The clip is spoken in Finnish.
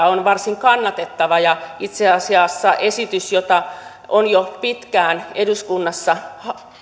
on varsin kannatettava ja itse asiassa esitys jota on jo pitkään eduskunnassa